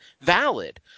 valid